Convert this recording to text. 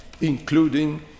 including